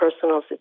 personal